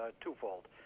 twofold